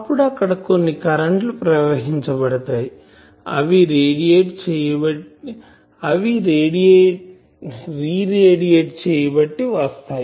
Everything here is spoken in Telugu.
అప్పుడు అక్కడ కొన్ని కరెంటు లు ప్రేరేపించబడతాయి అవి రిరేడియేట్ చేయబట్టి వస్తాయి